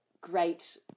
great